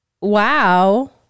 wow